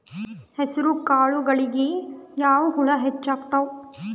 ಹೆಸರ ಕಾಳುಗಳಿಗಿ ಯಾಕ ಹುಳ ಹೆಚ್ಚಾತವ?